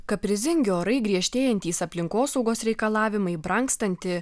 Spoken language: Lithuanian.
kaprizingi orai griežtėjantys aplinkosaugos reikalavimai brangstanti